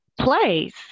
place